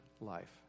life